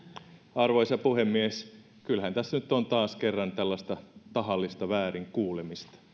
arvoisa puhemies kyllähän tässä nyt on taas kerran tällaista tahallista väärinkuulemista